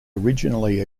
originally